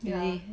really